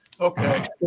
Okay